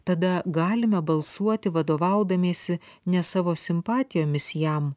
tada galime balsuoti vadovaudamiesi ne savo simpatijomis jam